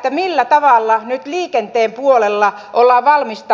kehysten ulkopuolisen rahoituksen